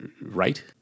Right